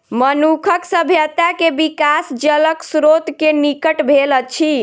मनुखक सभ्यता के विकास जलक स्त्रोत के निकट भेल अछि